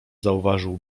zauważył